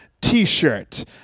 t-shirt